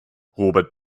robert